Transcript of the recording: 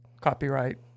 copyright